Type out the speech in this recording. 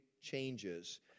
changes